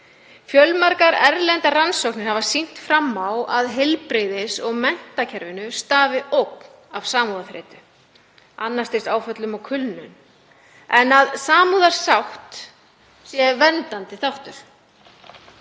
Fjölmargar erlendar rannsóknir hafa sýnt fram á að heilbrigðis- og menntakerfinu stafi ógn af samúðarþreytu, annars stigs áföllum og kulnun en að samúðarsátt sé verndandi þáttur.